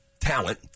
talent